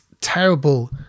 terrible